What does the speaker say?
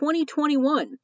2021